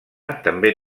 també